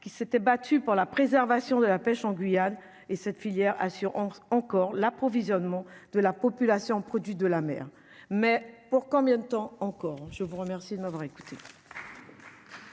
qui s'étaient battus pour la préservation de la pêche en Guyane et cette filière assurance encore l'approvisionnement de la population, produits de la mer, mais pour combien de temps encore, je vous remercie de m'avoir écouté.